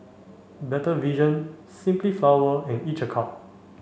Better Vision Simply Flowers and Each a cup